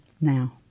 now